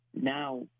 now